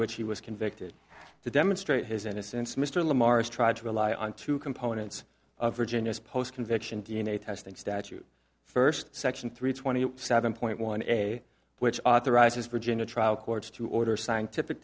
which he was convicted to demonstrate his innocence mr lamar's tried to rely on two components of virginia's post conviction d n a testing statute first section three twenty seven point one a which authorizes virginia trial courts to order scientific